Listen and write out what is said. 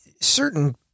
certain